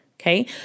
Okay